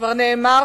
כבר נאמר,